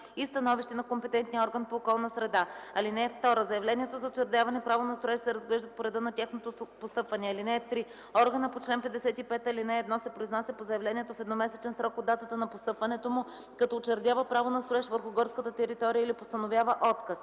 и становище на компетентния орган по околна среда. (2) Заявленията за учредяване право на строеж се разглеждат по реда на тяхното постъпване. (3) Органът по чл. 55, ал. 1 се произнася по заявлението в едномесечен срок от датата на постъпването му, като учредява право на строеж върху горската територия или постановява отказ.